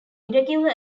irregular